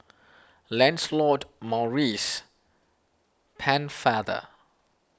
Lancelot Maurice Pennefather